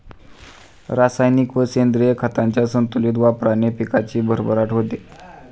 रासायनिक व सेंद्रिय खतांच्या संतुलित वापराने पिकाची भरभराट होते